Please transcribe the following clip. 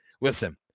Listen